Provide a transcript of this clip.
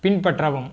பின்பற்றவும்